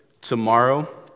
tomorrow